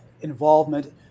involvement